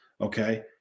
okay